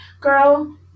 girl